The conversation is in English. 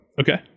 Okay